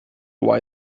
why